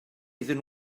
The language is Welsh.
iddyn